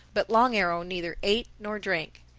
but long arrow neither ate nor drank.